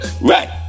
right